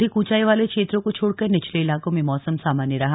अधिक ऊंचाई वाले क्षेत्रों को छोड़कर निचले इलकों में मौसम सामान्य रहा